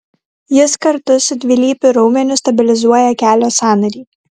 jis kartu su dvilypiu raumeniu stabilizuoja kelio sąnarį